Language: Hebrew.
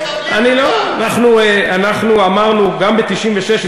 אנחנו אמרנו גם ב-1996,